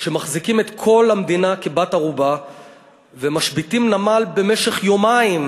שמחזיקים את כל המדינה כבת-ערובה ומשביתים נמל במשך יומיים,